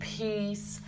peace